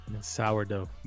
Sourdough